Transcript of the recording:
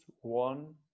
one